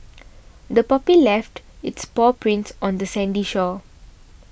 the puppy left its paw prints on the sandy shore